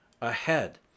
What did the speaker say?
ahead